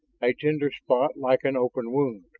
a tender spot like an open wound.